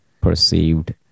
perceived